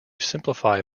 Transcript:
simplify